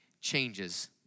changes